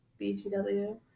BTW